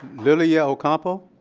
lilia ocampo.